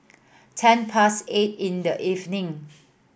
ten past eight in the evening